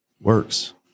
Works